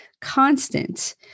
constant